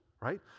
right